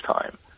time